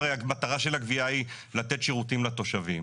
הרי המטרה של הגבייה היא לתת שירותים לתושבים.